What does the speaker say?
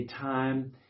time